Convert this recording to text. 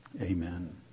Amen